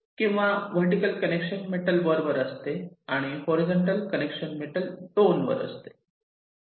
किंवा vertical connection metal 1 वर असते आणि हॉरीझॉन्टल कनेक्शन मेटल 2 वर असते